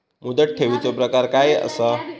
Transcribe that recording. मुदत ठेवीचो प्रकार काय असा?